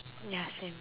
ya same